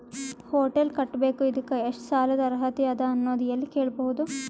Hotel ಕಟ್ಟಬೇಕು ಇದಕ್ಕ ಎಷ್ಟ ಸಾಲಾದ ಅರ್ಹತಿ ಅದ ಅನ್ನೋದು ಎಲ್ಲಿ ಕೇಳಬಹುದು?